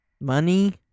Money